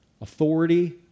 authority